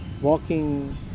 walking